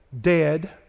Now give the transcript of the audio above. dead